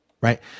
right